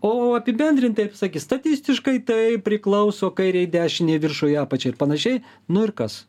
o apibendrintai sakyt statistiškai tai priklauso kairei dešinei viršui apačiai ir panašiai nu ir kas